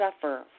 suffer